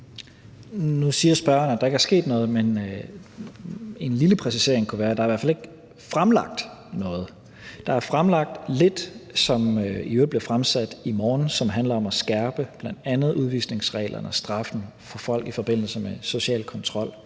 Nu siger spørgeren, at der ikke er sket noget, men en lille præcisering kunne være, at der i hvert fald ikke er fremlagt noget. Der er fremlagt lidt, som i øvrigt bliver fremsat i morgen, som handler om at skærpe bl.a. udvisningsreglerne og straffen for folk i forbindelse med social kontrol.